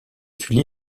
suis